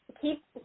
keep